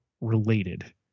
related